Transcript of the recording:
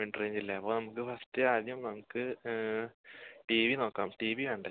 mid റേഞ്ചില്ലേ അപ്പം നമുക്ക് ഫസ്റ്റ് ആദ്യം നമുക്ക് ടീ വി നോക്കാം ടീ വി വേണ്ടേ